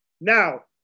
Now